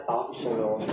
optional